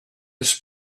his